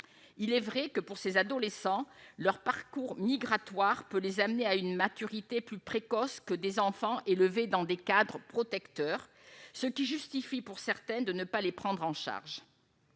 il est vrai que pour ces adolescents leur parcours migratoire peut les amener à une maturité plus précoce que des enfants élevés dans des quatre protecteur, ce qui justifie pour certains de ne pas les prendre en charge